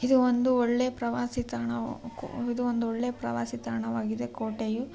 ಇದು ಒಂದು ಒಳ್ಳೆಯ ಪ್ರವಾಸಿ ತಾಣವು ಇದು ಒಂದು ಒಳ್ಳೆಯ ಪ್ರವಾಸಿ ತಾಣವಾಗಿದೆ ಕೋಟೆಯೂ